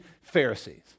Pharisees